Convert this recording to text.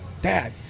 dad